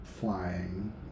Flying